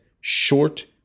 short